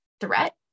threat